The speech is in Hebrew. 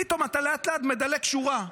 פתאום אתה לאט-לאט מדלג שורה.